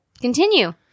Continue